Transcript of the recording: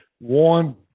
One